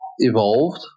evolved